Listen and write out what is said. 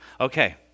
Okay